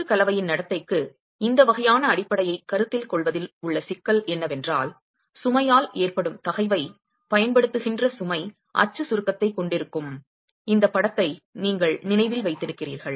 கொத்து கலவையின் நடத்தைக்கு இந்த வகையான அடிப்படையைக் கருத்தில் கொள்வதில் உள்ள சிக்கல் என்னவென்றால் சுமையால் ஏற்படும் தகைவைப் பயன்படுத்துகின்ற சுமை அச்சு சுருக்கத்தைக் கொண்டிருக்கும் இந்த படத்தை நீங்கள் நினைவில் வைத்திருக்கிறீர்கள்